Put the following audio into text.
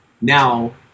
Now